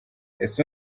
ese